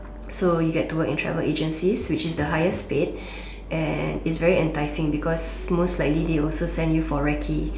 so you get to work in travel agencies which is the highest paid and it's very enticing because most likely they also send you for Ricky